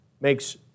makes